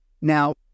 Now